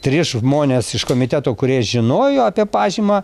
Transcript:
trys žmones iš komitetų kurie žinojo apie pažymą